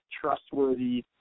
trustworthy